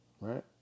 right